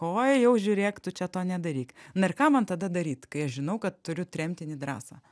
oi jau žiūrėk tu čia to nedaryk na ir ka man tada daryt kai aš žinau kad turiu tremtinį drąsą